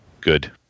good